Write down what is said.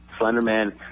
Slenderman